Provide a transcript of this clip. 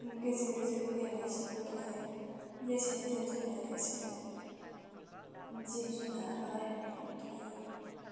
गेजेर गेजेर फैयालासिनोबो थायो जेसेनो जोथोन लायो एसेनो जिब जुनारा बारायनानै थायो